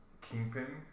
kingpin